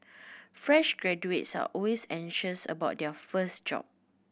fresh graduates are always anxious about their first job